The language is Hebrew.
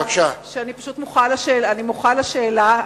אני מוחה על השאלה.